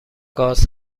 گاز